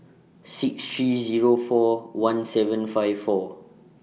six three Zero four one seven five four